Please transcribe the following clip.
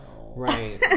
right